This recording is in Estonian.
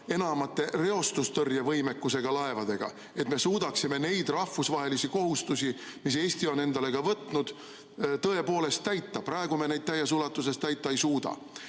enamate reostustõrjevõimekusega laevadega, et me suudaksime neid rahvusvahelisi kohustusi, mis Eesti on endale võtnud, tõepoolest täita. Praegu me neid täies ulatuses täita ei suuda. Nüüd